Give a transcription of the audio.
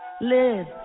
live